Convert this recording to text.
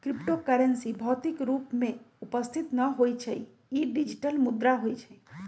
crypto currency भौतिक रूप में उपस्थित न होइ छइ इ डिजिटल मुद्रा होइ छइ